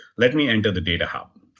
let me enter the data hub.